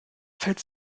fällt